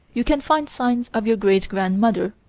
you can find signs of your great-grand-mother,